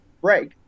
break